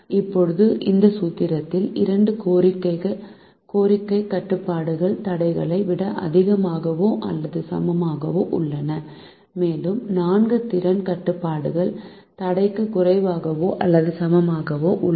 இப்போது இந்த சூத்திரத்தில் 2 கோரிக்கைக் கட்டுப்பாடுகள் தடைகளை விட அதிகமாகவோ அல்லது சமமாகவோ உள்ளன மேலும் 4 திறன் கட்டுப்பாடுகள் தடைக்கு குறைவாகவோ அல்லது சமமாகவோ உள்ளன